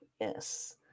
Yes